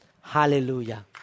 Hallelujah